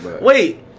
Wait